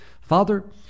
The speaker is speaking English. Father